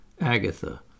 Agatha